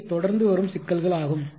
இவை தொடர்ந்து வரும் சிக்கல்கள் ஆகும்